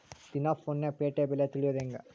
ದಿನಾ ಫೋನ್ಯಾಗ್ ಪೇಟೆ ಬೆಲೆ ತಿಳಿಯೋದ್ ಹೆಂಗ್?